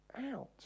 out